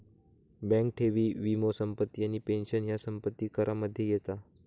bank ठेवी, वीमो, संपत्ती आणि पेंशन ह्या संपत्ती करामध्ये येता